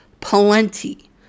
plenty